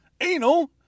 anal